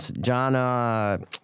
John